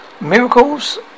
miracles